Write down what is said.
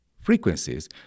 frequencies